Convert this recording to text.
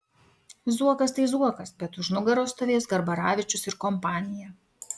zuokas tai zuokas bet už nugaros stovės garbaravičius ir kompanija